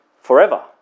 forever